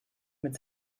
mit